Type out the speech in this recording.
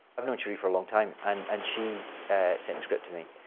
i've known sheree for a long time, and and she sent the script to me.